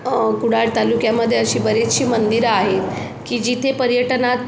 कुडाळ तालुक्यामध्ये अशी बरीचशी मंदिरं आहेत की जिथे पर्यटनात